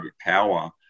power